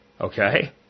Okay